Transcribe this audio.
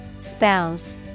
Spouse